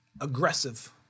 aggressive